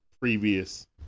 previous